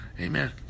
Amen